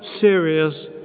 serious